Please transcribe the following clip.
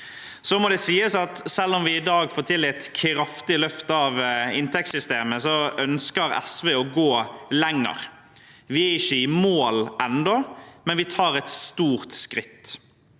selv om vi i dag får til et kraftig løft av inntektssystemet, ønsker SV å gå lenger. Vi er ikke i mål ennå, men vi tar et stort skritt.